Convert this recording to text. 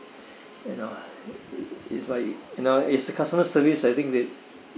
you know it's like you know it's the customer service I think the